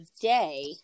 day